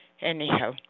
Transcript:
Anyhow